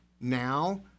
now